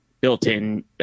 built-in